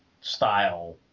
style